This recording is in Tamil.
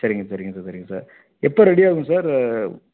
சரிங்க சரிங்க சார் சரிங்க சார் எப்போ ரெடியாகும் சார்